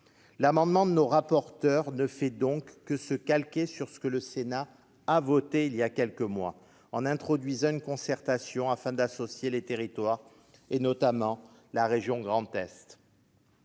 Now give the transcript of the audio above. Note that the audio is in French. L'amendement de nos rapporteurs ne fait donc que se calquer sur ce que le Sénat a voté voilà quelques mois, en introduisant une concertation pour associer les territoires, notamment ceux de la région Grand Est.